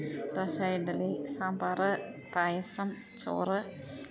ദോശ ഇഡലി സാമ്പാർ പായസം ചോറ്